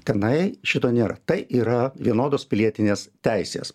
tenai šito nėra tai yra vienodos pilietinės teisės